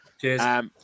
Cheers